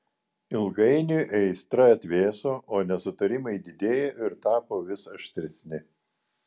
ilgainiui aistra atvėso o nesutarimai didėjo ir tapo vis aštresni